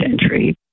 century